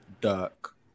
Dirk